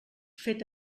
fet